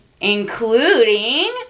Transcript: including